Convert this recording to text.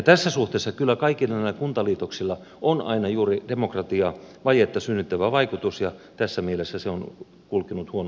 tässä suhteessa kyllä kaikilla näillä kuntaliitoksilla on aina juuri demokratiavajetta synnyttävä vaikutus ja tässä mielessä tämä kehitys on kulkenut huonoon suuntaan